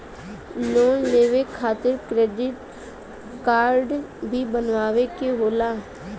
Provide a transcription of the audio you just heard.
Loan लेवे खातिर credit काडे भी बनवावे के होला?